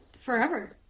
forever